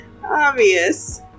obvious